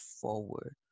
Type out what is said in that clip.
forward